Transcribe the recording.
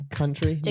country